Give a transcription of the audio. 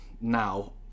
now